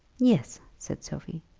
yes, said sophie,